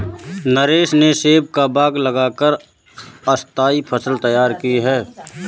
नरेश ने सेब का बाग लगा कर स्थाई फसल तैयार की है